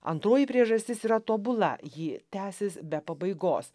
antroji priežastis yra tobula ji tęsis be pabaigos